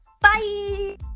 Bye